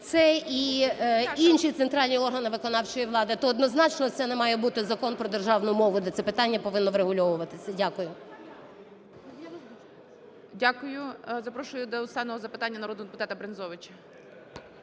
це і інші центральні органи виконавчої влади. То, однозначно, це не має бути Закон про державну мову, де це питання повинно врегульовуватися. Дякую. ГОЛОВУЮЧИЙ.Дякую. Запрошую до останнього запитання народного депутата Брензовича.